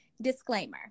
disclaimer